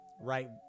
right